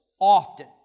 Often